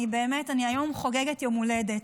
היום אני חוגגת יום הולדת.